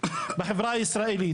בחברה הישראלית.